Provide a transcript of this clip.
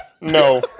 no